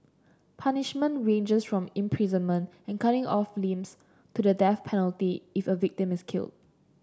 punishment ranges from imprisonment and cutting off limbs to the death penalty if a victim is killed